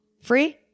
Free